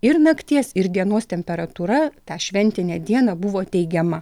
ir nakties ir dienos temperatūra tą šventinę dieną buvo teigiama